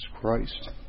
Christ